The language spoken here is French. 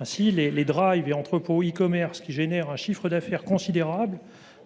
Ainsi, les et entrepôts de l’e commerce, qui génèrent un chiffre d’affaires considérable,